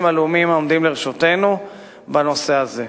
הלאומיים העומדים לרשותנו בנושא הזה.